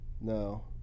No